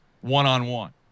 one-on-one